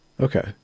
Okay